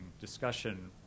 discussion